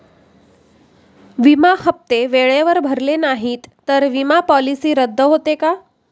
विमा हप्ते वेळेवर भरले नाहीत, तर विमा पॉलिसी रद्द होते का?